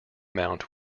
mount